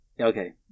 Okay